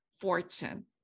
Fortune